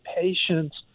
patients